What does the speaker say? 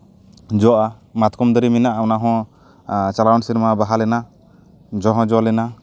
ᱡᱚᱜᱼᱟ ᱢᱟᱛᱠᱚᱢ ᱫᱟᱨᱮ ᱢᱮᱱᱟᱜᱼᱟ ᱚᱱᱟ ᱦᱚᱸ ᱪᱟᱞᱟᱣᱮᱱ ᱥᱮᱨᱢᱟ ᱵᱟᱦᱟ ᱞᱮᱱᱟ ᱡᱚ ᱦᱚᱸ ᱡᱚ ᱞᱮᱱᱟ